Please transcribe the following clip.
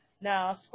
Now